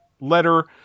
letter